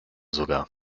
sogar